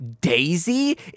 daisy